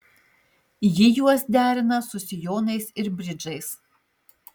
ji juos derina su sijonais ir bridžais